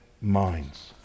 minds